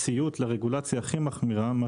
ציות לרגולציה המחמירה ביותר,